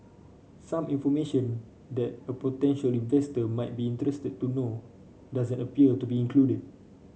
some information that a potential investor might be interested to know doesn't appear to be included